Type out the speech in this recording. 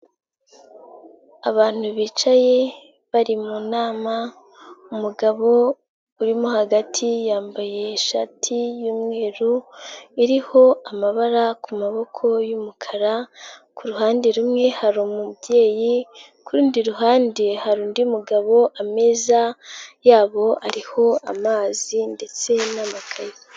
Abantu bicaye bari mu nama, umugabo urimo hagati yambaye ishati y'umweru iriho amabara ku maboko y'umukara, ku ruhande rumwe hari umubyeyi, ku rundi ruhande hari undi mugabo, ameza yabo ariho amazi ndetse n'amakaye.